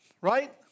right